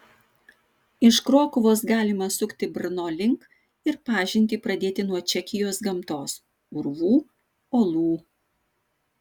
iš krokuvos galima sukti brno link ir pažintį pradėti nuo čekijos gamtos urvų olų